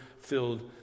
filled